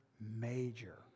major